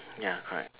ya correct